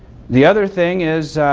the other thing is